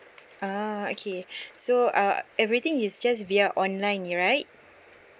ah okay so uh everything is just via online ya right